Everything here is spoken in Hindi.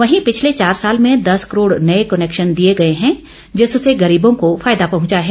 वहीं पिछले चार साल में दस करोड नये कनेक्शन दिए गए हैं जिससे गरीबों को फायदा पहुंचा है